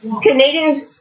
Canadians